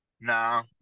no